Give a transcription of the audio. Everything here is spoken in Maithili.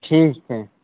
ठीक छै